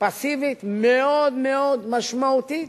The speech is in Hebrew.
מאוד מאוד משמעותית.